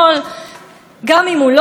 אני מבקשת להוסיף לי זמן.